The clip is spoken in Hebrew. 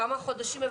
כמה חודשים.